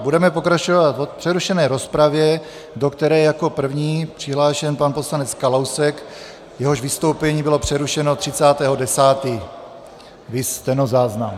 Budeme pokračovat v přerušené rozpravě, do které jako první je přihlášen pan poslanec Kalousek, jehož vystoupení bylo přerušeno 30. 10., viz stenozáznam.